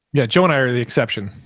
yeah. joe and i are the exception.